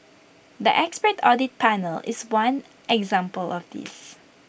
the expert audit panel is one example of this